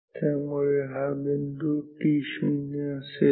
त्यामुळे हा बिंदू t0 असेल